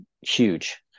huge